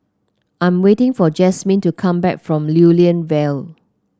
I'm waiting for Jasmin to come back from Lew Lian Vale